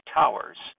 towers